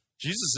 Jesus